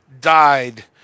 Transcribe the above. died